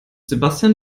sebastian